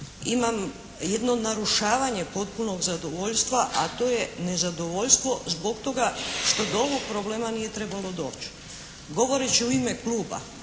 imam jedno narušavanje potpunog zadovoljstva a to je nezadovoljstvo zbog toga što do ovog problema nije trebalo doći. Govoreći u ime Kluba